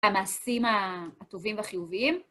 המעשים הטובים והחיוביים.